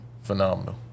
Phenomenal